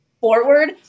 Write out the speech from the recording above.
forward